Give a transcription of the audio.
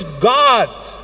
God